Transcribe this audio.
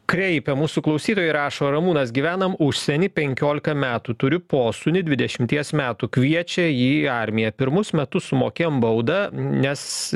kreipia mūsų klausytojai rašo ramūnas gyvenam užsieny penkiolika metų turiu posūnį dvidešimties metų kviečia jį į armiją pirmus metus sumokėjom baudą nes